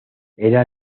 era